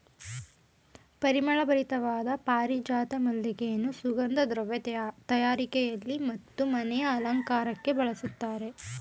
ಪರಿಮಳ ಭರಿತವಾದ ಪಾರಿಜಾತ ಮಲ್ಲಿಗೆಯನ್ನು ಸುಗಂಧ ದ್ರವ್ಯ ತಯಾರಿಕೆಯಲ್ಲಿ ಮತ್ತು ಮನೆಯ ಅಲಂಕಾರಕ್ಕೆ ಬಳಸ್ತರೆ